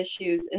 issues